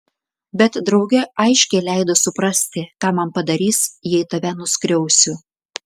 bet drauge aiškiai leido suprasti ką man padarys jei tave nuskriausiu